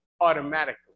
automatically